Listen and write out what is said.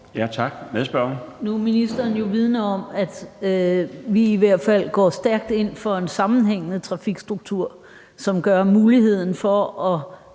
Gottlieb (EL): Nu er ministeren jo vidende om, at vi i hvert fald går stærkt ind for en sammenhængende trafikstruktur, som gør det muligt især at